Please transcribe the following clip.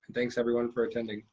thanks, everyone, for attending.